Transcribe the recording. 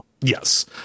Yes